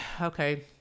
okay